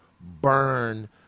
burn